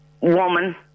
woman